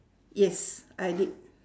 yes I did